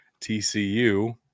TCU